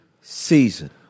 season